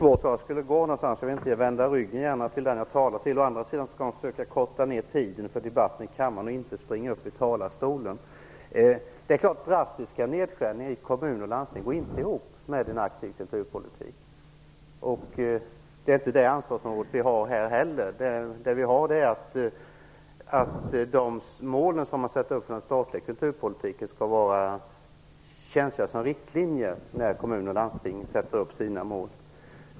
Herr talman! Drastiska nedskärningar i kommuner går naturligtvis inte ihop med en aktiv kulturpolitik, men det är inte heller det ansvarsområde som vi har här. Vårt ansvar är att se till att de mål som man sätter upp för den statliga kulturpolitiken skall fungera som riktlinjer när kommuner och landsting sätter upp sina mål.